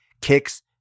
kicks